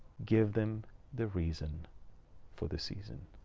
give them the reason for the season.